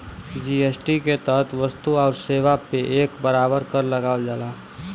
GST के तहत वस्तु आउर सेवा पे एक बराबर कर लगावल जाला